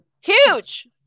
huge